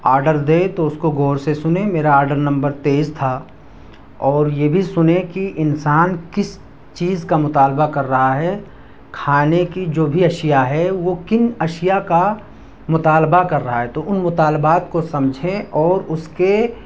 order دے تو اس کو غور سے سنیں میرا آرڈر نمبر تئیس تھا اور یہ بھی سنیں کہ انسان کس چیز کا مطالبہ کر رہا ہے کھانے کی جو بھی اشیا ہے وہ کن اشیا کا مطالبہ کر رہا ہے تو ان مطالبات کو سمجھیں اور اس کے